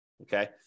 Okay